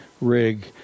rig